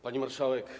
Pani Marszałek!